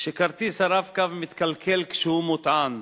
כשכרטיס ה"רב-קו" מתקלקל כשהוא מוטען,